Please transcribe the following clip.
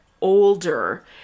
older